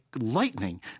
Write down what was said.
lightning